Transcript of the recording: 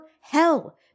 hell